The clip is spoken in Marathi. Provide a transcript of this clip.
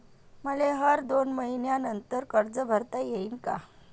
मले हर दोन मयीन्यानंतर कर्ज भरता येईन का?